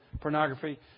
pornography